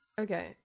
Okay